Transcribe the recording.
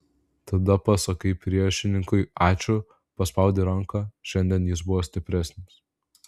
tada pasakai priešininkui ačiū paspaudi ranką šiandien jis buvo stipresnis